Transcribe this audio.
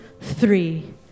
three